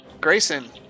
Grayson